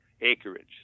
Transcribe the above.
acreage